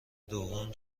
دوم